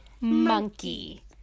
Monkey